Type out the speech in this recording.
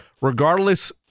Regardless